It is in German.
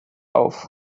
auf